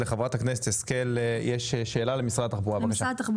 לחברת הכנסת השכל יש שאלה למשרד התחבורה,